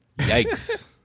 yikes